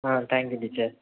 ah thank you teacher